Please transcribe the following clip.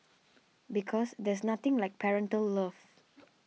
because there's nothing like parental love